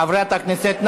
חברת הכנסת.